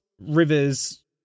rivers